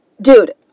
Dude